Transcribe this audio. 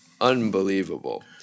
Unbelievable